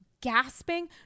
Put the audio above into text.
gasping